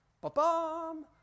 Ba-bum